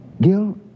Gil